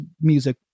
music